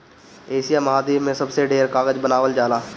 Asia महाद्वीप में सबसे ढेर कागज बनावल जाला